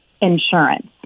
insurance